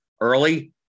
early